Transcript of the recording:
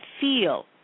feel